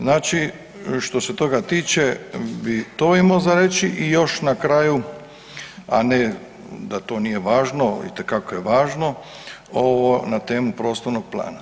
Znači što se toga tiče bi to imao reći i još na kraju, a ne da to nije važno, itekako je važno na temu prostornog plana.